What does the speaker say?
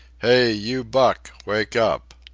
hey, you buck, wake up!